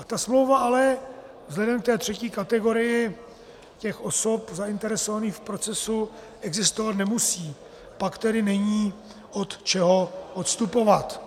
Ta smlouva ale vzhledem k té třetí kategorii osob zainteresovaných v procesu existovat nemusí, a pak tedy není od čeho odstupovat.